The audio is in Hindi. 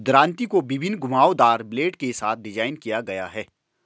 दरांती को विभिन्न घुमावदार ब्लेड के साथ डिज़ाइन किया गया है